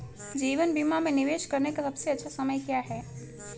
जीवन बीमा में निवेश करने का सबसे अच्छा समय क्या है?